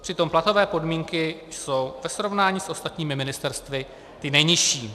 Přitom platové podmínky jsou ve srovnání s ostatními ministerstvy ty nejnižší.